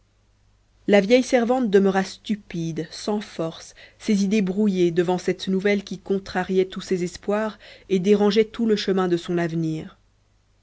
la vieille servante demeura stupide sans force ses idées brouillées devant cette nouvelle qui contrariait tous ses espoirs et dérangeait tout le chemin de son avenir